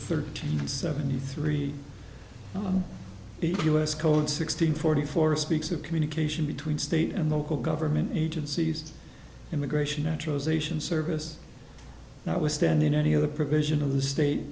thirteen seventy three us code sixteen forty four speaks of communication between state and local government agencies immigration naturalization service and i will stand in any other provision of the state